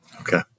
Okay